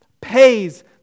pays